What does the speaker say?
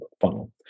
funnel